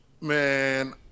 Man